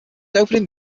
opening